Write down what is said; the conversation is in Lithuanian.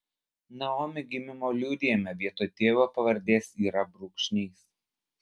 naomi gimimo liudijime vietoj tėvo pavardės yra brūkšnys